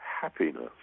happiness